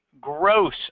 gross